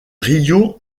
rio